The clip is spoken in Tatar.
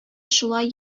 шулай